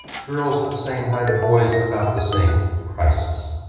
girls of same height of boys, about the same prices.